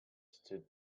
stood